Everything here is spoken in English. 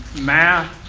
math,